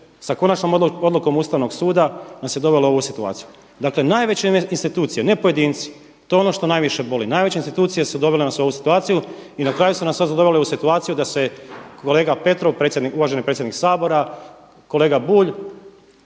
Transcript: sa konačnom odlukom Ustavnog suda nas je dovelo u ovu situaciju. Dakle, najveće institucije, ne pojedinci, to je ono što najviše boli. Najveće institucije su dovele nas u ovu situaciju i na kraju su nas sad dovele u situaciju da se kolega Petrov uvaženi predsjednik Sabora, kolega Bulj